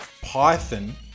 python